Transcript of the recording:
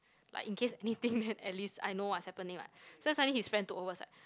like in case anything then at least I know what's happening [what] so suddenly his friend took over I was like